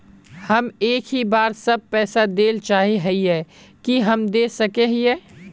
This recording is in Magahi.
हम एक ही बार सब पैसा देल चाहे हिये की हम दे सके हीये?